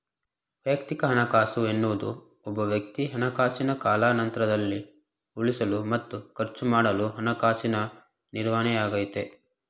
ವೈಯಕ್ತಿಕ ಹಣಕಾಸು ಎನ್ನುವುದು ಒಬ್ಬವ್ಯಕ್ತಿ ಹಣಕಾಸಿನ ಕಾಲಾನಂತ್ರದಲ್ಲಿ ಉಳಿಸಲು ಮತ್ತು ಖರ್ಚುಮಾಡಲು ಹಣಕಾಸಿನ ನಿರ್ವಹಣೆಯಾಗೈತೆ